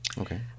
Okay